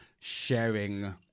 sharing